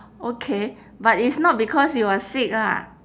okay but it's not because you are sick lah